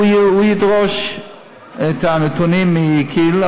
הוא ידרוש את הנתונים מכי"ל,